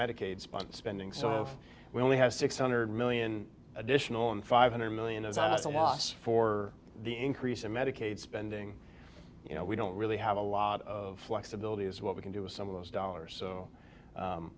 medicaid spawn spending so if we only have six hundred million additional in five hundred million as i was a loss for the increase in medicaid spending you know we don't really have a lot of flexibility is what we can do with some of those dollars so